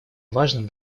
важным